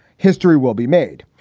history will be made.